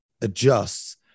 adjusts